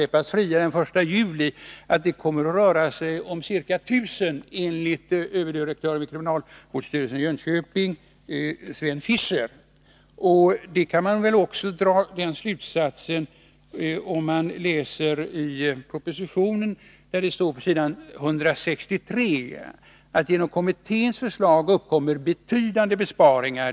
Jag har fått nya uppgifter, och enligt överdirektören Sven Fischier vid kriminalvårdsstyrelsen i Norrköping kommer det att röra sig om ca 1 000. Samma slutsats kan man dra av det som står i propositionen på s. 163: ”Genom kommitténs förslag uppkommer betydande besparingar.